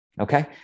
Okay